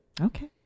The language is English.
Okay